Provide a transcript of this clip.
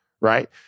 right